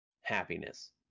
happiness